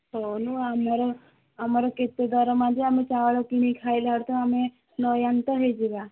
କହୁନୁ ଆମର ଆମର କେତେ ଦରମା ଯେ ଆମେ ଚାଉଳ କିଣିକି ଖାଇଲା ବେଳକୁ ଆମେ ନୟାନ୍ତ ହୋଇଯିବା